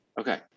Okay